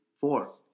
four